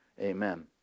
amen